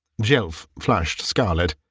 jelf flushed scarlet.